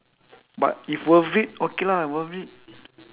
but if worth it okay lah worth it